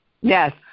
Yes